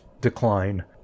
decline